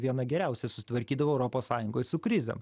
viena geriausiai susitvarkydavo europos sąjungoj su krizėm